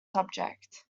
subject